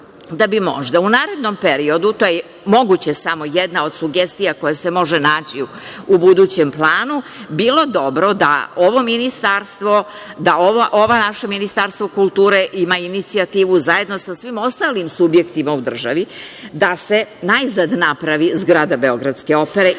da bi možda u narednom periodu, to je samo jedna od sugestija koja se može naći u budućem planu bilo dobro da ovo ministarstvo, da ova naše Ministarstvo kulture ima inicijativu zajedno sa svim ostalim subjektima u državi, da se najzad napravi zgrada beogradske opere i da